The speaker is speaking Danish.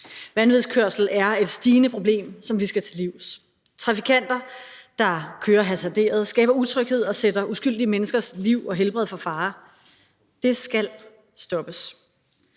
Vanvidskørsel er et stigende problem, som vi skal til livs. Der er trafikanter, der kører hasarderet, skaber utryghed og sætter uskyldige menneskers liv og helbred på spil. Det skal stoppes.